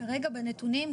כרגע בנתונים,